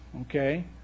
okay